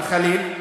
עליזה,